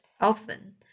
often